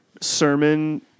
sermon